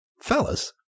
fellas